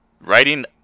writing